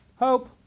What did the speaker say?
Hope